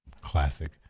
Classic